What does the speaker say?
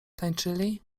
tańczyli